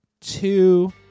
two